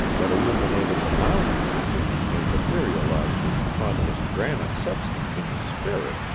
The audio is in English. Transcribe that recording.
that illuminated the mountain visage and etherealized its ponderous granite substance into spirit,